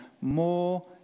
more